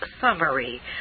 summary